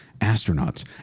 astronauts